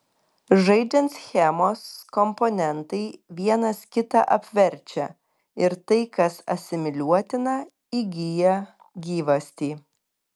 žaidžiant schemos komponentai vienas kitą apverčia ir tai kas asimiliuotina įgyja gyvastį